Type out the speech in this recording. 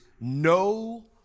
no